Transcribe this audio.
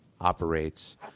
operates